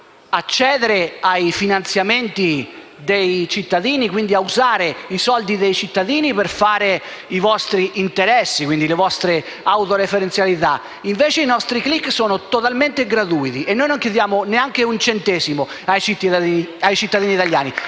accedere ai finanziamenti dei cittadini, quindi a usare i soldi dei cittadini per fare i vostri interessi e le vostre autoreferenzialità; invece i nostri clic sono totalmente gratuiti e noi non chiediamo neanche un centesimo ai cittadini italiani.